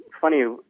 funny